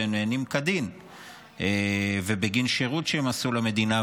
והם נהנים כדין ובגין שירות שהם עשו למדינה,